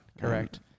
Correct